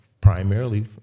Primarily